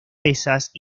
pesas